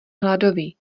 hladový